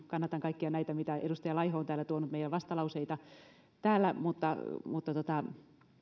kannatan kaikkia näitä mitä edustaja laiho on täällä tuonut meidän vastalauseestamme mutta mutta